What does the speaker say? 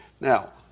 Now